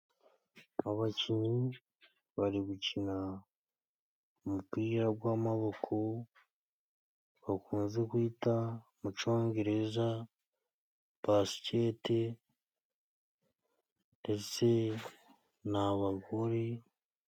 Abakinyi bari gukina umupira gw'amaboko, bakunze kwita mu Congereza basikete ndetse ni abagore.